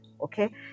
okay